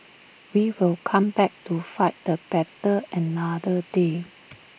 we will come back to fight the battle another day